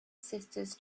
sisters